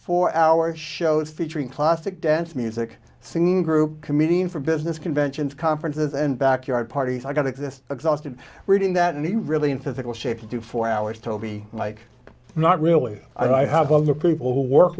four hour shows featuring classic dance music singing group comedian for business conventions conferences and backyard parties i got exist exhausted reading that he really in physical shape to do four hours toby like not really i have other people who work